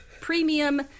premium